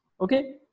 Okay